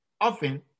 often